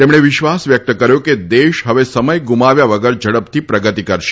તેમણે વિશ્વાસ વ્યક્ત કર્યો હતો કે દેશ હવે સમય ગુમાવ્યા વગર ઝડપથી પ્રગતિ કરશે